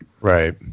Right